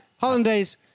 Hollandaise